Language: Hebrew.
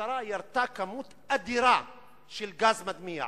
המשטרה ירתה כמות אדירה של גז מדמיע,